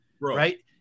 right